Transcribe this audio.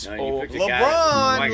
LeBron